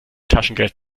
taschengeld